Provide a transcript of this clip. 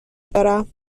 دارم